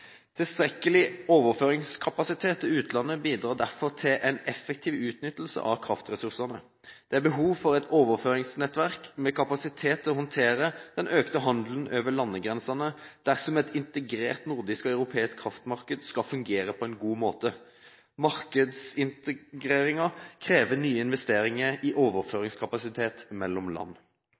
Tilstrekkelig overføringskapasitet til utlandet bidrar derfor til en effektiv utnyttelse av kraftressursene. Det er behov for et overføringsnettverk med kapasitet til å håndtere den økte handelen over landegrensene, dersom et integrert nordisk og europeisk kraftmarked skal fungere på en god måte. Markedsintegreringen krever nye investeringer i overføringskapasitet mellom land.